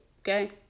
okay